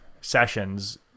sessions